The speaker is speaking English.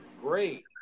great